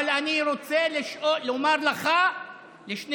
אבל אני רוצה לומר לשניהם: